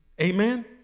Amen